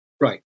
right